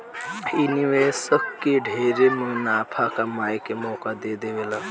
इ निवेशक के ढेरे मुनाफा कमाए के मौका दे देवेला